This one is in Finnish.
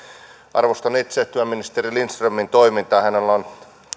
arvostan itse työministeri lindströmin toimintaa hänellä on